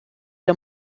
der